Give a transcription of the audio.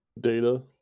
Data